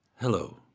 Hello